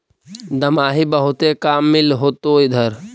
दमाहि बहुते काम मिल होतो इधर?